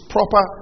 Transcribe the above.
Proper